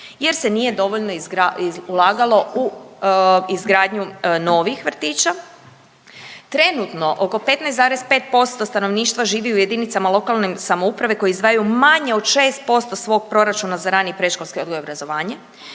jer se nije dovoljno ulagalo u izgradnju novih vrtića. Trenutno oko 15,5% stanovništva živi u jedinicama lokalne samouprave koje izdvajaju manje od 6% svog proračuna za rani predškolski odgoj i obrazovanje